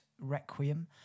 Requiem